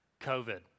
COVID